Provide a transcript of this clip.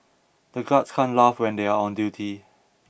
the guards can't laugh when they are on duty